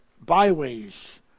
byways